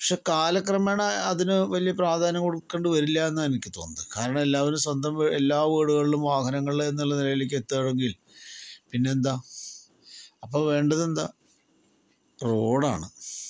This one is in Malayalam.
പക്ഷേ കാലക്രമേണ അതിന് വലിയ പ്രാധാന്യം കൊടുക്കണ്ടി വരില്ല എന്നാ എനിക്ക് തോന്നുന്നത് കാരണം എല്ലാവരും സ്വന്തം എല്ലാ വീടുകളിലും വാഹനങ്ങള് എന്നുള്ള നിലയിലേക്ക് എത്തുവാണെങ്കിൽ പിന്നെന്താ അപ്പോൾ വേണ്ടതെന്താ റോഡാണ്